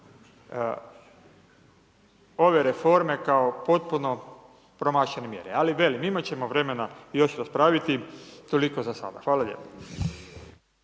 ove reforme kao potpuno promašene mjere. Ali, velim, imati ćemo vremena još raspraviti, toliko za sada. Hvala lijepo.